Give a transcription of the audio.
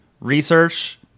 research